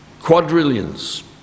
quadrillions